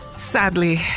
Sadly